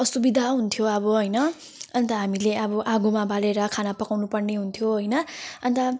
असुविधा हुन्थ्यो अब हैन अनि त हामीले अब आगोमा बालेर खाना पकाउनु पर्ने हुन्थ्यो हैन अनि त